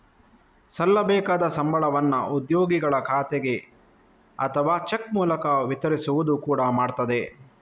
ಸಲ್ಲಬೇಕಾದ ಸಂಬಳವನ್ನ ಉದ್ಯೋಗಿಗಳ ಖಾತೆಗೆ ಅಥವಾ ಚೆಕ್ ಮೂಲಕ ವಿತರಿಸುವುದು ಕೂಡಾ ಮಾಡ್ತದೆ